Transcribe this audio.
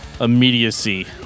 immediacy